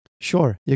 Sure